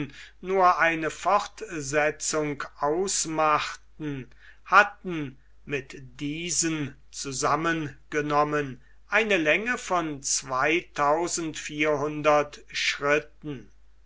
nur eine fortsetzung ausmachten hatte mit diesen zusammengenommen eine länge von zweitausend vierhundert schritten